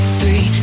three